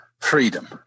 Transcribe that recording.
freedom